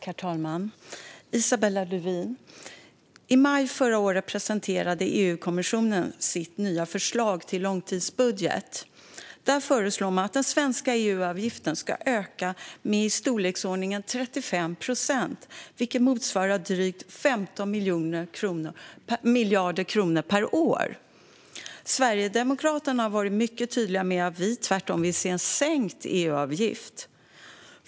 Herr talman och Isabella Lövin! I maj förra året presenterade EU-kommissionen sitt förslag till ny långtidsbudget. Man föreslår att den svenska EU-avgiften ska öka med 35 procent, vilket motsvarar drygt 15 miljarder kronor per år. Sverigedemokraterna har varit mycket tydliga med att vi tvärtom vill se en sänkt EU-avgift.